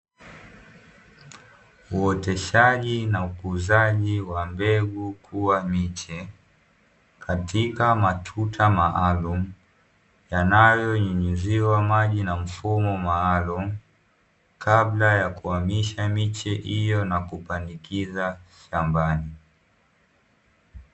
Uoteshaji na ukuzaji wa mbegu kuwa miche, katika matuta maalumu yanayo nyunyiziwa maji na mfumo maalumu, kabla ya kuhamisha miche hiyo na kupandikiza shambani.